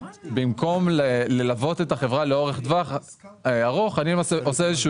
במקום ללוות את חברה לאורך טווח ארוך אני עושה איזה שהוא